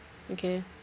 okay